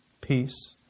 Peace